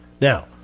Now